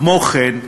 כמו כן,